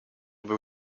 był